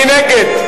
מי נגד?